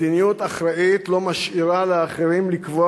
מדיניות אחראית לא משאירה לאחרים לקבוע